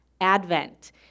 advent